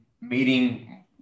meeting